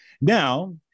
Now